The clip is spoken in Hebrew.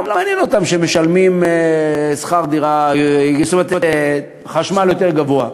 לא מעניין אותם שמשלמים חשבון חשמל יותר גבוה,